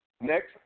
Next